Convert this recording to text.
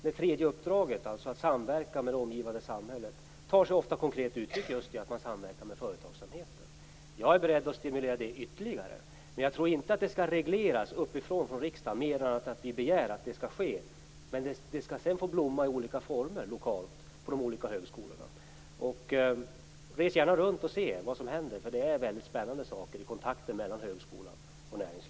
Det tredje uppdraget, dvs. att samverka med det omgivande samhället, tar sig ofta konkret uttryck i att man samverkar med företagsamheten. Jag är beredd att stimulera detta ytterligare, men jag tror inte att det skall regleras uppifrån av riksdagen mer än att riksdagen begär att så skall ske. Sedan skall det hela få blomma i olika former, lokalt på de olika högskolorna. Res gärna runt och se vad som händer! Det händer väldigt spännande saker i kontakterna mellan högskola och näringsliv.